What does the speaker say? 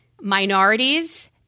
Minorities